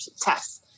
tests